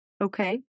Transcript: Okay